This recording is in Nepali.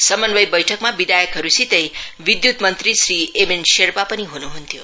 समन्वय बैठकमा विधायकहरूसितै विद्युत मंत्री श्री एम एन शेर्पा पनि ह्नुहुन्थ्यो